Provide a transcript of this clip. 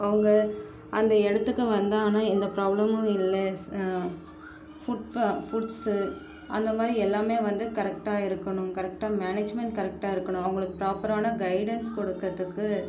அவங்க அந்த இடத்துக்கு வந்தாங்கன்னா எந்த ப்ராப்ளமும் இல்லை ஃபுட்பா ஃபுட்ஸ் அந்தமாதிரி எல்லாமே வந்து கரக்ட்டா இருக்கணும் கரக்டா மேனேஜ்மெண்ட் கரக்ட்டாக இருக்கணும் அவங்களுக்கு ப்ராப்பரான கைட்டன்ஸ் கொடுக்கறத்துக்கு